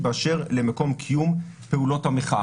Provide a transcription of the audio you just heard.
בטח במצבי קיצון כמו שהגענו אליהם בתקופת הקורונה.